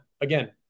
again